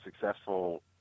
successful